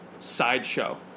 sideshow